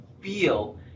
feel